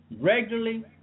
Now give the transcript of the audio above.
regularly